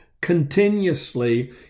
continuously